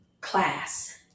class